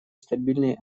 стабильные